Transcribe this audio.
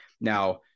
Now